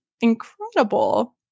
incredible